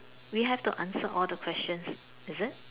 we have to answer all the questions is it